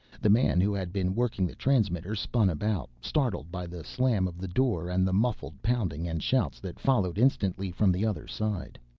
the man who had been working the transmitter spun about, startled by the slam of the door and the muffled pounding and shouts that followed instantly from the other side.